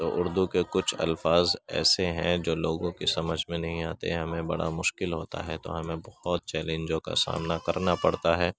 تو اُردو کے کچھ الفاظ ایسے ہیں جو لوگوں کی سمجھ میں نہیں آتے ہیں ہمیں بڑا مشکل ہوتا ہے تو ہمیں بہت چیلنجوں کا سامنا کرنا پڑتا ہے